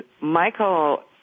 Michael